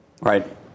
right